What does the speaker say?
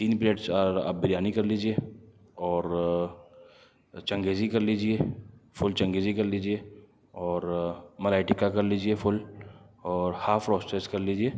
تین پلیٹ چار آپ بریانی کر لیجئے اور چنگیزی کر لیجئے فل چنگیزی کر لیجئے اور ملائی ٹکا کر لیجئے فل اور ہاف روسٹیڈ کر لیجئے